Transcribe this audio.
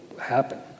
happen